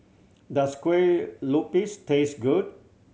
does kue lupis taste good